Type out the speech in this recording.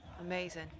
amazing